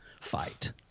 fight